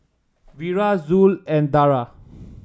Wira Zul and Dara